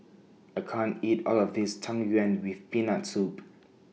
I can't eat All of This Tang Yuen with Peanut Soup